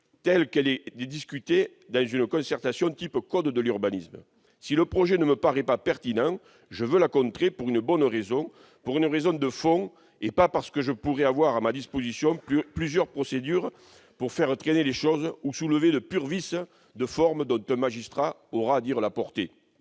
telle qu'elle est discutée dans une concertation du type de celle prévue par le code de l'urbanisme. Si le projet ne me paraît pas pertinent, je veux le contrer pour une bonne raison, pour une raison de fond, et non pas parce que je pourrais avoir à ma disposition plusieurs procédures permettant de faire traîner les choses ou de soulever des vices de pure forme dont un magistrat devra préciser la portée.